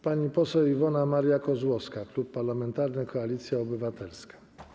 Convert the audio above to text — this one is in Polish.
Pani poseł Iwona Maria Kozłowska, Klub Parlamentarny Koalicja Obywatelska.